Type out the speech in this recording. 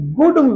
good